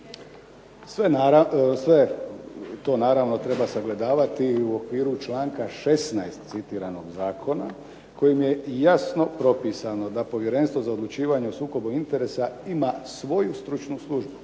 Sve to naravno treba sagledavati i u okviru članka 16. citiranog zakona kojim je jasno propisano da Povjerenstvo za odlučivanje o sukobu interesa ima svoju stručnu službu,